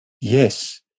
Yes